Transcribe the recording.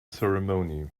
ceremony